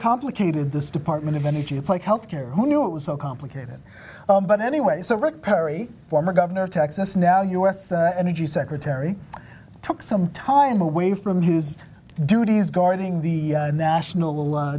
complicated this department of energy it's like health care who knew it was so complicated but anyway so rick perry a former governor of texas now u s energy secretary took some time away from his duties guarding the national